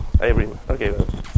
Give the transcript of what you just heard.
Okay